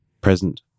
present